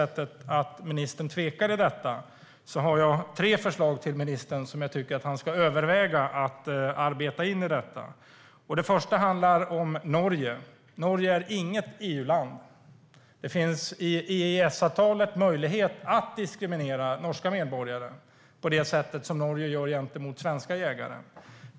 Tvekar ministern har jag tre förslag som jag tycker att ministern ska överväga att arbeta in i detta. Det första handlar om Norge. Norge är inget EU-land. I EES-avtalet finns det möjlighet att diskriminera norska medborgare på det sätt som Norge gör mot svenska jägare.